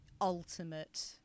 ultimate